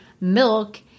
milk